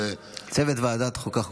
צוות ועדת החוקה,